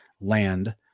land